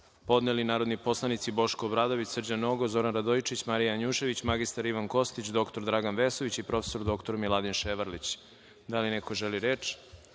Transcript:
podneli narodni poslanici Boško Obradović, Srđan Nogo, Zoran Radojičić, Marija Janjušević, mr Ivan Kostić, dr Dragan Vesović i prof. dr Miladin Ševarlić. Da li neko želi reč?